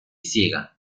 ciega